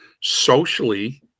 socially